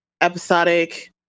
episodic